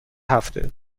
هفته